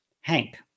Hank